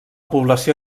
població